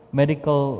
medical